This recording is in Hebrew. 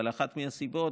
אבל אחת מהסיבות,